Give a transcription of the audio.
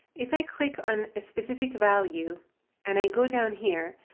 if i click on a specific value and i go down here,